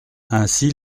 ainsi